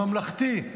הממלכתי,